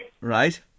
right